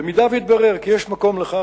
במידה שיתברר כי יש מקום לכך,